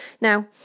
Now